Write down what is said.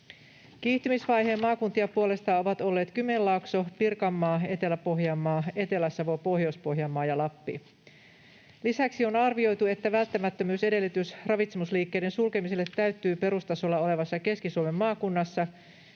Kiihtymisvaiheen maakuntia puolestaan ovat olleet Kymenlaakso, Pirkanmaa, Etelä-Pohjanmaa, Etelä-Savo, Pohjois-Pohjanmaa ja Lappi. Lisäksi on arvioitu, että välttämättömyysedellytys ravitsemusliikkeiden sulkemiselle täyttyy perustasolla olevassa Keski-Suomen maakunnassa,